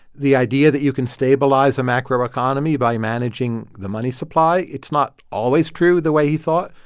the idea that you can stabilize a macroeconomy by managing the money supply it's not always true the way he thought,